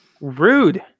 Rude